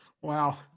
Wow